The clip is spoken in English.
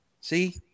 See